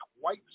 white